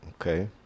Okay